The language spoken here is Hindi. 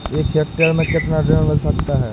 एक हेक्टेयर में कितना ऋण मिल सकता है?